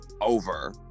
over